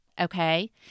okay